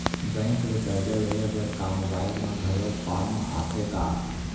Bank ले करजा लेहे बर का मोबाइल म घलो फार्म आथे का?